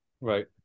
Right